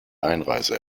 einreise